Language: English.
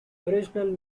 original